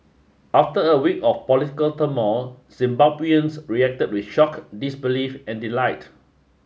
after a week of political turmoil Zimbabweans reacted with shock disbelief and delight